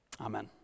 Amen